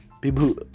people